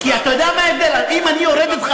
אם אני יורד אתך